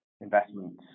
investments